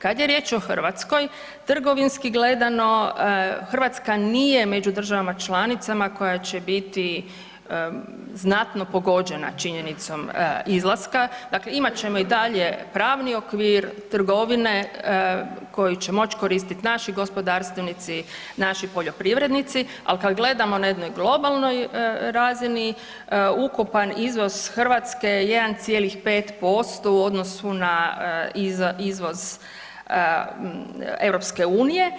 Kad je riječ o Hrvatskoj, trgovinski gledano, Hrvatska nije među državama članicama koje će biti znatno pogođena činjenicom izlaska, dakle imat ćemo i dalje pravni okvir trgovine koji će moći koristiti naši gospodarstvenici, naši poljoprivrednici, ali kad gledamo na jednoj globalnoj razini, ukupan izvoz Hrvatske je 1,5% u odnosu na izvoz EU.